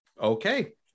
okay